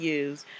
use